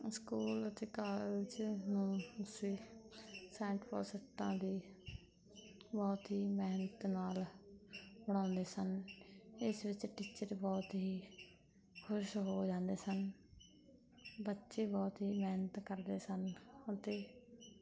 school ਅਤੇ college ਨੂੰ ਦੇ ਬਹੁਤ ਹੀ ਮਿਹਨਤ ਨਾਲ ਬਣਾਉਂਦੇ ਸਨ ਇਸ ਵਿੱਚ ਟੀਚਰ ਬਹੁਤ ਹੀ ਖੁਸ਼ ਹੋ ਜਾਂਦੇ ਸਨ ਬੱਚੇ ਬਹੁਤ ਹੀ ਮਿਹਨਤ ਕਰਦੇ ਸਨ ਅਤੇ